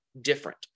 different